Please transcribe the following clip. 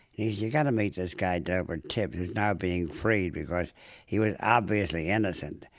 you got to meet this guy, delbert tibbs who's now being freed, because he was obviously innocent,